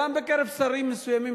בקרב שרים מסוימים,